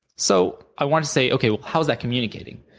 so i want to say, okay. well, how is that communicating?